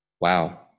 Wow